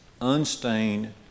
unstained